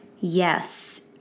Yes